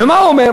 ומה הוא אומר?